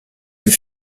eux